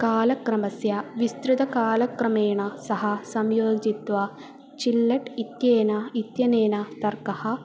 कालक्रमस्य विस्तृतकालक्रमेण सह संयोजयित्वा चिल्लेट् इत्यनेन इत्यनेन तर्कः